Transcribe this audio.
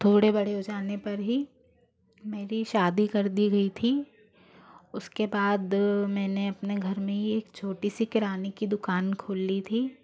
थोड़े बड़े हो जाने पर ही मेरी शादी कर दी गई थी उसके बाद मैंने अपने घर में ही एक छोटी सी किराने की दुकान खोल ली थी